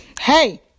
Hey